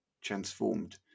transformed